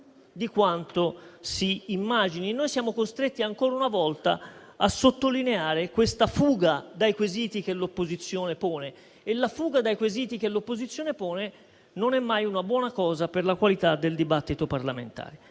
di quanto si immagini. Noi siamo costretti, ancora una volta, a sottolineare questa fuga dai quesiti che l'opposizione pone e la fuga dai quesiti che l'opposizione pone non è mai una buona cosa per la qualità del dibattito parlamentare.